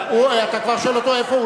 אתה כבר שואל אותו איפה,